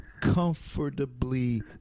comfortably